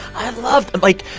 i loved like,